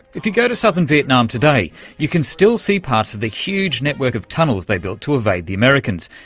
if you go to southern vietnam today you can still see parts of the huge network of tunnels they built to evade the americans,